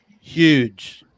Huge